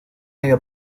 había